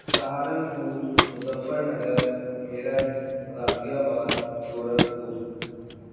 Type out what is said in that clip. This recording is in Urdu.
سہارنپور مظفرنگر میرٹھ غازی آباد گورکھپور